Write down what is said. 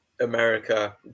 America